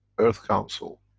earth council,